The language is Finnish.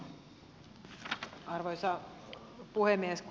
arvoisa puhemies